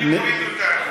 אני מוריד אותן.